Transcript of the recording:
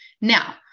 Now